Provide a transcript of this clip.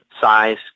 size